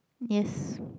yes